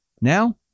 Now